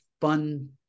fun